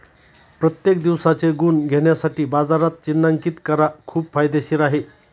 प्रत्येक दिवसाचे गुण घेण्यासाठी बाजारात चिन्हांकित करा खूप फायदेशीर आहे